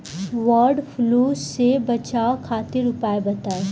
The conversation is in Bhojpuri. वड फ्लू से बचाव खातिर उपाय बताई?